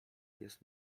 jest